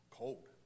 cold